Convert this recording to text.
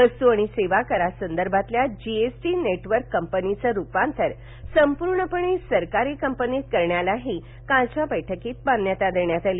वस्तू आणि सेवा करासंदर्भातल्या जी एस टी नेटवर्क कंपनीचं रुपांतर संपूर्णपणे सरकारी कंपनीत करण्यालाही कालच्या बैठकीत मान्यता देण्यात आली